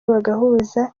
bagahuza